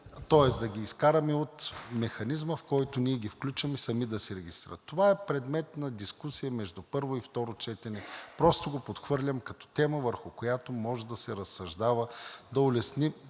тоест да ги изкараме от механизма, в който ние ги включваме – сами да се регистрират. Това е предмет на дискусия между първо и второ четене. Просто го подхвърлям като тема, върху която може да се разсъждава, да улесни,